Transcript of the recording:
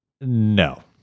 No